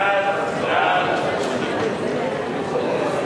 23 בעד, מתנגדים אין.